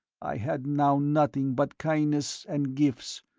i had now nothing but kindness and gifts.